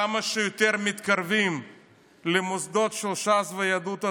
כמה שיותר מתקרבים למוסדות של ש"ס ויהדות התורה,